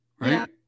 right